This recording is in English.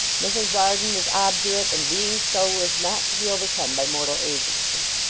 mrs varden was obdurate, and being so was not to be overcome by mortal agency.